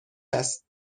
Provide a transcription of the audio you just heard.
است